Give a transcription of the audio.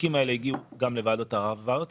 התיקים האלה הגיעו גם לוועדות ערר וועדות